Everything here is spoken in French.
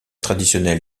traditionnel